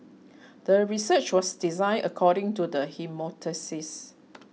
the research was designed according to the hypothesis